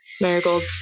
Marigold